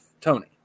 Tony